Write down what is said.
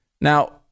Now